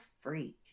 freak